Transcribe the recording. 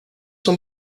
son